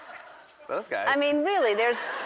those guys. i mean, really, there's.